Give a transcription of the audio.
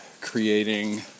creating